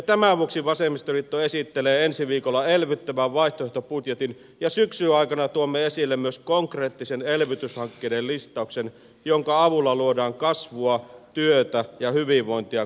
tämän vuoksi vasemmistoliitto esittelee ensi viikolla elvyttävän vaihtoehtobudjetin ja syksyn aikana tuomme esille myös konkreettisen elvytyshankkeiden listauksen jonka avulla luodaan kasvua työtä ja hyvinvointia koko suomeen